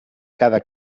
cada